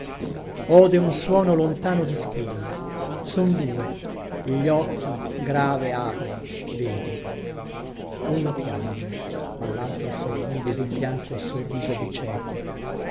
piede ode un suono lontano di squilla son due gli occhi grave apre vede uno piange ma laltro sorride dun bianco sorriso di cieco